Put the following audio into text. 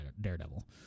Daredevil